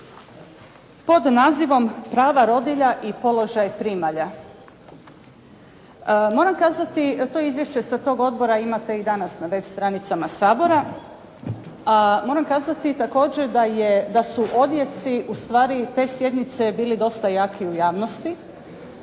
pod nazivom «Prava rodilja i položaj primalja». Moram kazati, to izvješće sa tog odbora imate i danas na web stranicama Sabora, a moram kazati također da je, da su odjeci ustvari te sjednice bili dosta jaki u javnosti.